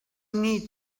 need